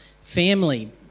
Family